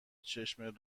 چشم